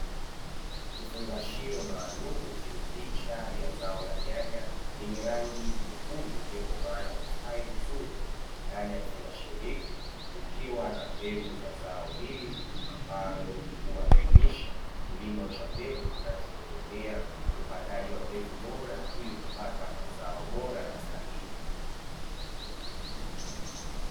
Kifungashio maalumu chenye picha ya zao la nyanya yenye rangi nyekundu iliyokomaa na kustawi vizuri, ndani ya kifungashio hiki kukiwa na mbegu ya zao hili ambalo huwakilisha kilimo cha mbegu kinachotegemea upandaji wa mbegu bora ili kupata mazao bora na stahiki.